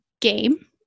game